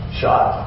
shot